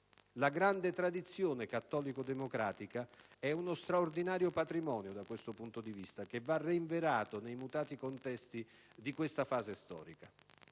La grande tradizione cattolico-democratica è uno straordinario patrimonio, da questo punto di vista, che va reinverato nei mutati contesti di questa fase storica.